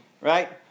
Right